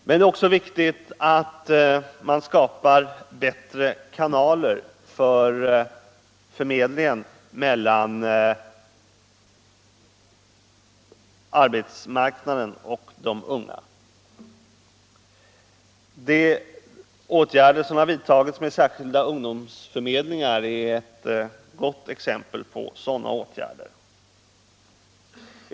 Men det är också viktigt att man skapar bättre kanaler för förmedlingen mellan arbetsmarknaden och de unga. De särskilda ungdomsförmedlingar som har inrättats är ett gott exempel på åtgärder i den riktningen.